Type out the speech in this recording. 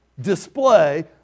display